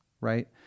right